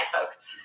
folks